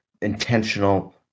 intentional